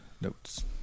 notes